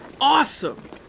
Awesome